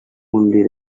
only